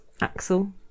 Axel